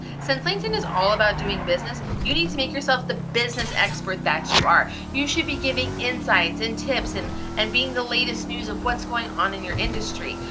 since linkedin is all about doing business, you need to make yourself the business expert that you are. you should be giving insights, and tips, and and being the latest news of what's going on in your industry.